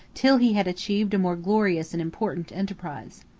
till he had achieved a more glorious and important enterprise.